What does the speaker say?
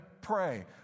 pray